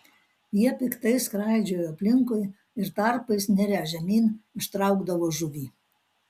jie piktai skraidžiojo aplinkui ir tarpais nirę žemyn ištraukdavo žuvį